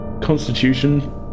constitution